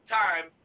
time